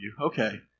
Okay